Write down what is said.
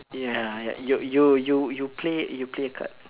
ya you you you play you play card